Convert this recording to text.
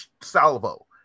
salvo